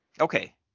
Okay